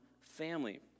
family